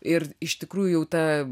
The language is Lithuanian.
ir iš tikrųjų jau ta